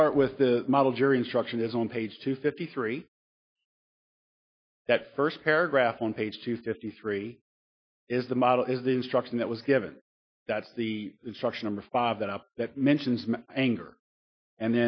start with the model jury instruction is on page two fifty three that first paragraph on page two fifty three is the model is the instruction that was given that's the instruction of the five that up that mentions my anger and